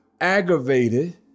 aggravated